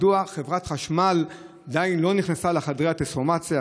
מדוע חברת החשמל עדיין לא נכנסה לחדרי הטרנספורמציה,